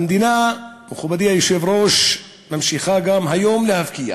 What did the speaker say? המדינה, מכובדי היושב-ראש, ממשיכה גם היום להפקיע